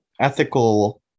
ethical